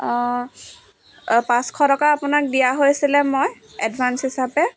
পাঁচশ টকা আপোনাক দিয়া হৈছিলে মই এডভান্স হিচাপে